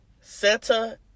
Santa